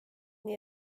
nii